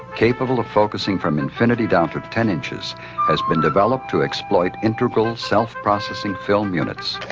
capable of focusing from infinity down to ten inches has been developed to exploit integral, self processing film units,